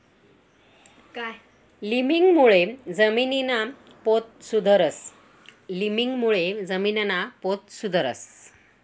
लिमिंगमुळे जमीनना पोत सुधरस